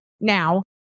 now